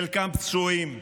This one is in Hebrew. חלקם פצועים,